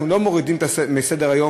אנחנו לא מורידים מסדר-היום,